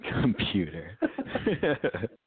computer